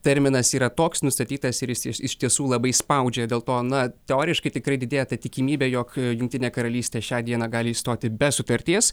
terminas yra toks nustatytas ir jis iš iš tiesų labai spaudžia dėl to na teoriškai tikrai didėja ta tikimybė jog jungtinė karalystė šią dieną gali išstoti be sutarties